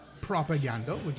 propaganda